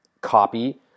copy